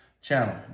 channel